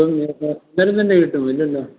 തന്നെ കിട്ടുമോ ഇല്ലല്ലോ